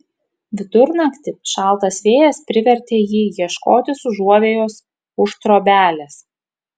vidurnaktį šaltas vėjas privertė jį ieškotis užuovėjos už trobelės